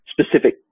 specific